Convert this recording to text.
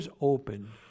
open